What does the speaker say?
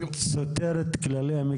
זה סותר את כללי המקצוע.